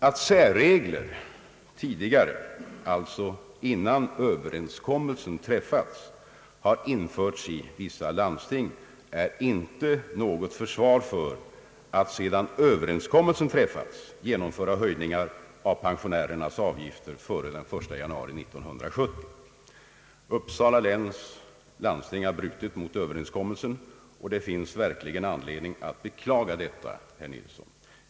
Att särregler införts av vissa landsting innan överenskommelsen träffades är inte något försvar för att sedan överenskommelsen kommit till stånd genomföra höjningar av pensionärernas avgifter före den 1 januari 1970. Uppsala läns landsting har brutit mot överenskommelsen, och det finns verkligen anledning att beklaga detta, herr Nilsson.